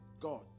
God